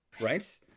right